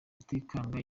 rutikanga